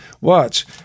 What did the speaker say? watch